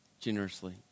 generously